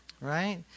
Right